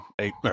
eight